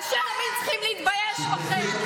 אנשי ימין צריכים להתבייש בכם,